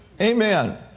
Amen